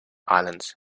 islands